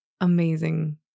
amazing